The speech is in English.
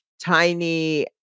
tiny